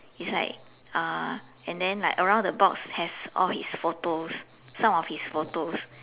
it's like uh and then like around the box has all his photos some of his photos